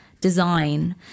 design